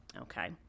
okay